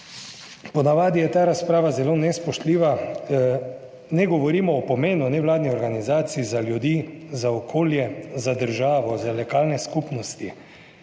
po navadi je ta razprava zelo nespoštljiva, ne govorimo o pomenu nevladnih organizacij za ljudi, za okolje, za državo, za lokalne skupnosti,